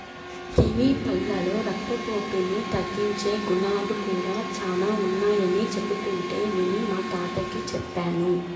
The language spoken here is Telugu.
కివీ పళ్ళలో రక్తపోటును తగ్గించే గుణాలు కూడా చానా ఉన్నయ్యని చెబుతుంటే విని మా తాతకి చెప్పాను